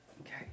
Okay